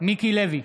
מיקי לוי,